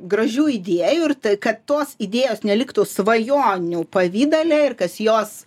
gražių idėjų ir t kad tos idėjos neliktų svajonių pavidale ir kas jos